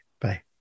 Bye